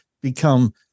become